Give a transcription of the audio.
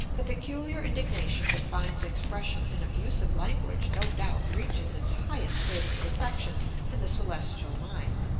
the peculiar indignation that finds expression in abusive language no doubt reaches its highest state of perfection in the celestial mind.